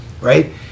right